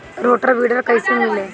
Rotor weeder कईसे मिले?